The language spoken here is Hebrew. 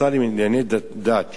השר לענייני דת,